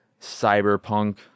cyberpunk